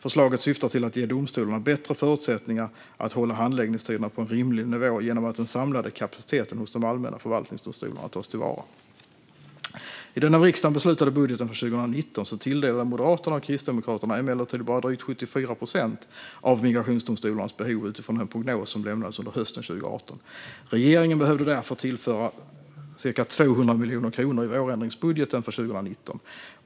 Förslaget syftar till att ge domstolarna bättre förutsättningar att hålla handläggningstiderna på en rimlig nivå genom att den samlade kapaciteten hos de allmänna förvaltningsdomstolarna tas till vara. I den av riksdagen beslutade budgeten för 2019 tilldelade Moderaterna och Kristdemokraterna emellertid bara drygt 74 procent av migrationsdomstolarnas behov utifrån den prognos som lämnades under hösten 2018. Regeringen behövde därför tillföra ca 200 miljoner kronor i vårändringsbudgeten för 2019.